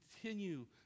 continue